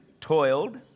toiled